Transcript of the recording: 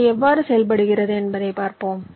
அது எவ்வாறு செய்யப்படுகிறது என்பதைப் பார்ப்போம்